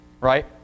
right